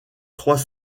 trois